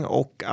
och